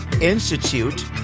Institute